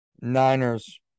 Niners